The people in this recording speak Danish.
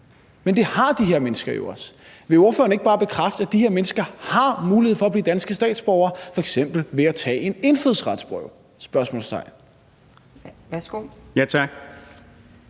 Men det har de her mennesker jo også. Vil ordføreren ikke bare bekræfte, at de her mennesker har mulighed for at blive danske statsborgere, f.eks. ved at tage en indfødsretsprøve?